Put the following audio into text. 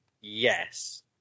yes